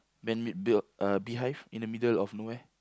man-made build uh beehive in the middle of nowhere